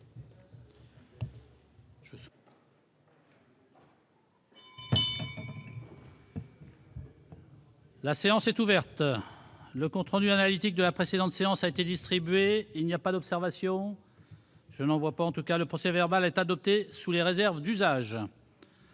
La séance est ouverte. Le compte rendu analytique de la précédente séance a été distribué. Il n'y a pas d'observation ?... Le procès-verbal est adopté sous les réserves d'usage.